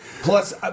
Plus